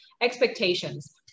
expectations